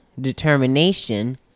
determination